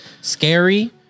scary